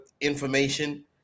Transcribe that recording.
information